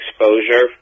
exposure